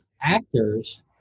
Actors